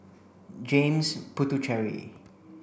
James Puthucheary